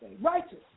righteous